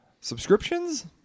subscriptions